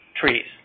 trees